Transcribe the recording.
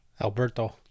Alberto